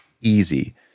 easy